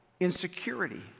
insecurity